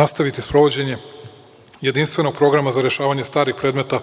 nastaviti sprovođenje jedinstvenog programa rešavanje starih predmeta